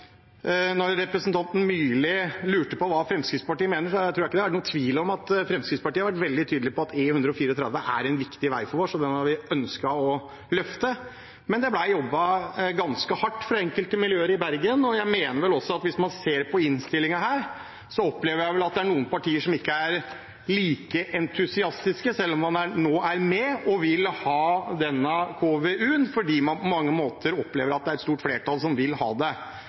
tror ikke det er noen tvil om at Fremskrittspartiet har vært veldig tydelig på at E134 er en viktig vei for oss, og den har vi ønsket å løfte. Men det ble jobbet ganske hardt fra enkelte miljøer i Bergen, og hvis man ser på innstillingen her, opplever jeg vel at det er noen partier som ikke er like entusiastiske, selv om man nå er med og vil ha denne KVU-en fordi man på mange måter opplever at det er et stort flertall som vil ha det.